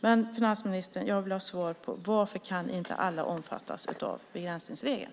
Finansministern, jag vill ha svar på varför inte alla kan omfattas av begränsningsregeln.